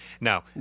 Now